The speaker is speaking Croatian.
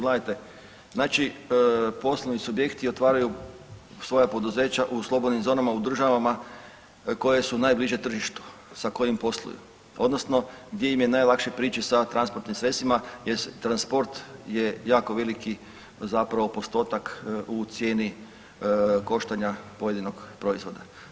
Gledajte, znači poslovni subjekti otvaraju svoja poduzeća u slobodnim zonama u državama koje su najbliže tržištu sa kojim posluju odnosno gdje im je najlakše prići sa transportnim sredstvima jer transport je jako veliki zapravo postotak u cijeni koštanja pojedinog proizvoda.